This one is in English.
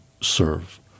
serve